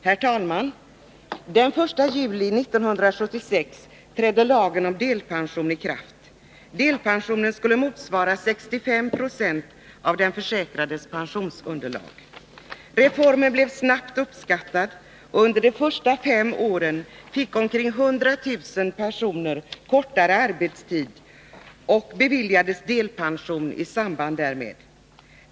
Herr talman! Den 1 juli 1976 trädde lagen om delpension i kraft. Delpensionen skulle motsvara 65 76 av den försäkrades pensionsunderlag. Reformen blev snabbt uppskattad, och under de första fem åren fick omkring 100 000 personer kortare arbetstid och beviljades delpension i samband därmed.